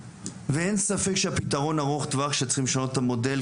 ואין ספק שפתרון הארוך טווח שצריך לשנות את המודל,